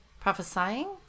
Prophesying